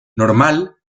normal